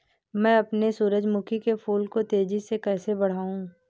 मैं अपने सूरजमुखी के फूल को तेजी से कैसे बढाऊं?